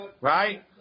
Right